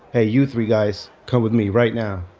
hey, you three guys, come with me right now.